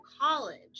college